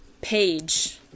page